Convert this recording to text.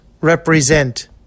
represent